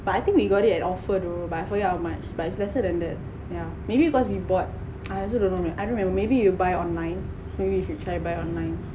but I think we got it an offer !duh! but don't know how much but it's lesser than that yeah maybe must be bought I also don't know meh I don't know maybe you buy online so you should try buy online